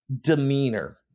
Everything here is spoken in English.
demeanor